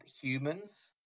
humans